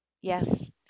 Yes